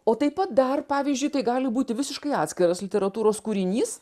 o taip pat dar pavyzdžiui tai gali būti visiškai atskiras literatūros kūrinys